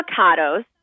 avocados